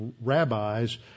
rabbis